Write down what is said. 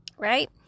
right